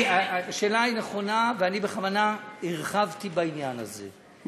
השאלה היא נכונה, ואני בכוונה הרחבתי בעניין הזה.